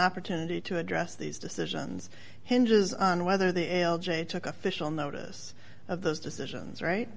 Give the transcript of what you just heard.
opportunity to address these decisions hinges on whether the l j took official notice of those decisions right